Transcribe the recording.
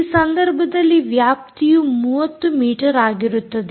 ಈ ಸಂದರ್ಭದಲ್ಲಿ ವ್ಯಾಪ್ತಿಯು 30 ಮೀಟರ್ ಆಗಿರುತ್ತದೆ